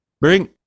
Bring